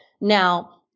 Now